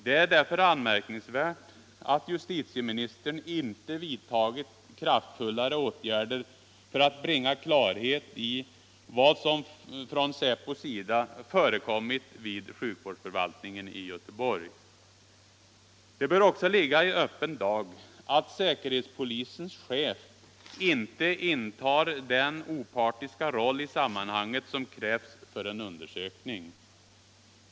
Det är därför anmärkningsvärt att justitieministern inte vidtagit kraftfullare åtgärder för att bringa klarhet i vad som från säpos sida förekommit vid sjukvårdsförvaltningen i Göteborg. Det bör också ligga i öppen dag att säkerhetspolisens chef inte intar den opartiska roll i sammanhanget som krävs för en undersökning.